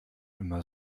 immer